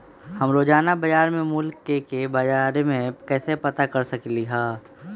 हम रोजाना बाजार के मूल्य के के बारे में कैसे पता कर सकली ह?